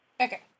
Okay